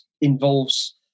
involves